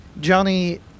Johnny